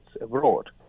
abroad